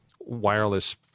wireless